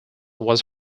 was